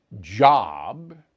job